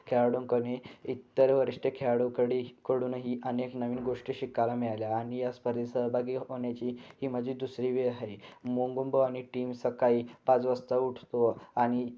खेळाडूंकने एकतर वरिष्ठ खेळाडूकडी कडूनही अनेक नवीन गोष्टी शिकायला मिळाल्या आणि यास्पर्धेत सहभागी होण्याची ही माझी दुसरी वेळ आहे मोंगुंब आणि टीम सकाळी पाच वाजता उठतो आणि